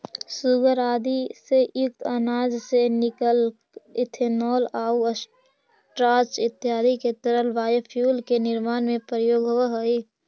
सूगर आदि से युक्त अनाज से निकलल इथेनॉल आउ स्टार्च इत्यादि के तरल बायोफ्यूल के निर्माण में प्रयोग होवऽ हई